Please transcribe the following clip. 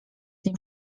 nie